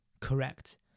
correct